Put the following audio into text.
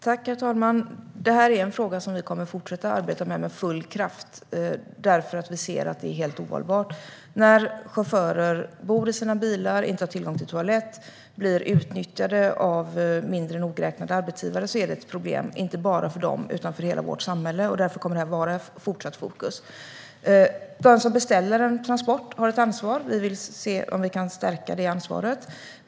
Herr talman! Detta är en fråga som vi med full kraft kommer att fortsätta att arbeta med. Vi ser att det är helt ohållbart när chaufförer bor i sina bilar utan tillgång till toalett och blir utnyttjade av mindre nogräknade arbetsgivare. Det är ett problem inte bara för dem utan för hela vårt samhälle. Därför kommer det att vara fortsatt fokus på detta. Den som beställer en transport har ett ansvar. Vi vill se om vi kan stärka det ansvaret.